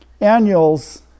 annuals